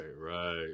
right